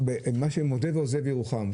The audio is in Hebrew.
מודה ועוזב ירוחם,